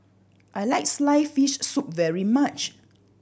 I like sliced fish soup very much